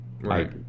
Right